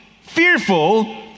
fearful